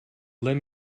lend